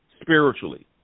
spiritually